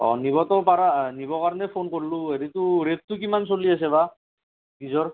অঁ নিবতো পাৰা নিব কাৰণে ফোন কৰিলোঁ হেৰিটো ৰেটটো কিমান চলি আছে বা বীজৰ